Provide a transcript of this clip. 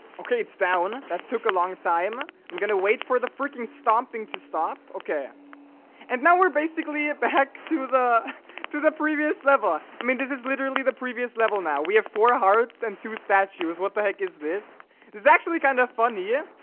okay, it's down that took a long time we're gonna wait for the freaking stomping to stop okay and now we're basically ah but back to the to the previous level i mean this is literally the previous level now we have four hearts and two statues what the heck is this is actually kind of fun here. yeah